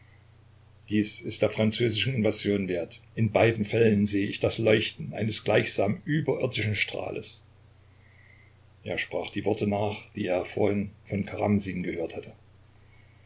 dies ist der französischen invasion wert in beiden fällen sehe ich das leuchten eines gleichsam überirdischen strahles er sprach die worte nach die er vorhin von karamsin gehört hatte